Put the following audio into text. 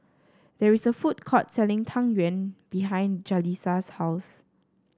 there is a food court selling Tang Yuen behind Jaleesa's house